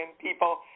people